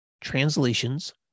translations